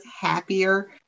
happier